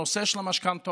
הנושא של המשכנתאות